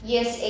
Yes